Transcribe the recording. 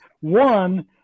one